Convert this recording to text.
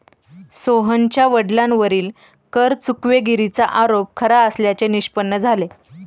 सोहनच्या वडिलांवरील कर चुकवेगिरीचा आरोप खरा असल्याचे निष्पन्न झाले